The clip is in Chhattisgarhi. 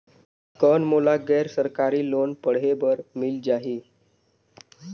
कौन मोला गैर सरकारी लोन पढ़े बर मिल जाहि?